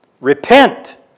repent